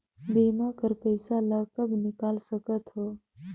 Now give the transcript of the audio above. बीमा कर पइसा ला कब निकाल सकत हो?